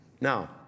Now